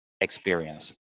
experience